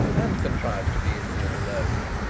and contrived to be in here alone?